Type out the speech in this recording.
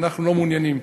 ואנחנו לא מעוניינים.